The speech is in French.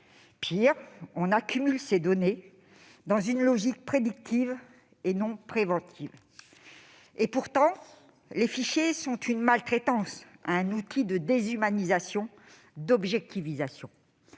Pire, on accumule ces données dans une logique prédictive, et non préventive. Pourtant, les fichiers sont une maltraitance, un outil de déshumanisation et d'objectivation.